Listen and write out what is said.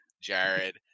jared